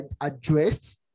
addressed